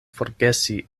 forgesi